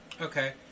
Okay